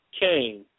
Cain